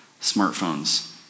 smartphones